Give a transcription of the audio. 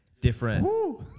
different